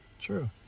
True